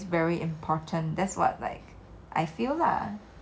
ya everything is like !wah! 形象形象形象